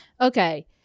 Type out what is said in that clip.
Okay